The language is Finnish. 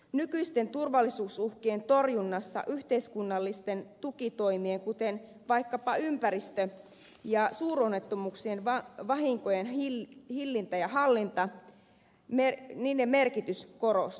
nykyisten turvallisuusuhkien torjunnassa yhteiskunnallisten tukitoimien kuten vaikkapa ympäristö ja suuronnet tomuuksien vahinkojen hillinnän ja hallinnan merkitys korostuu